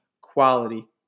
quality